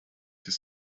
his